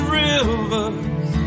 rivers